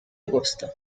agosto